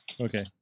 okay